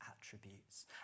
attributes